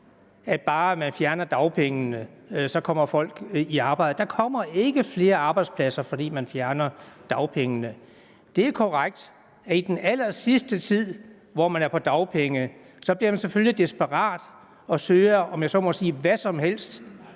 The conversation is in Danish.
at bare man fjerner dagpengene, kommer folk i arbejde. Der kommer ikke flere arbejdspladser, fordi man fjerner dagpengene. Det er korrekt, at i den allersidste tid, hvor folk er på dagpenge, så bliver de selvfølgelig desperate og søger, om jeg så må sige, hvad som helst